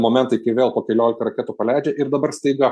momentai kai vėl po keliolika raketų paleidžia ir dabar staiga